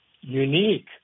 unique